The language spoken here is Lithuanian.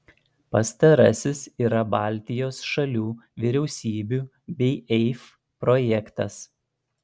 pastarasis yra baltijos šalių vyriausybių bei eif projektas